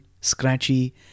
scratchy